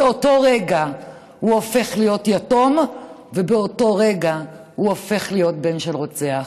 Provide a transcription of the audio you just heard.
באותו רגע הוא הופך להיות יתום ובאותו רגע הוא הופך להיות בן של רוצח.